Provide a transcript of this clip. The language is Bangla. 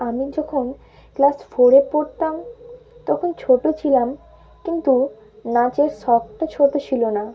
আমি যখন ক্লাস ফোরে পড়তাম তখন ছোটো ছিলাম কিন্তু নাচের শখটা ছোটো ছিল না